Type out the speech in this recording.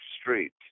street